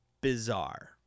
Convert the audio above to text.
bizarre